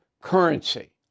currency